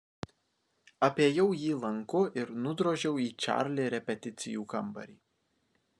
apėjau jį lanku ir nudrožiau į čarli repeticijų kambarį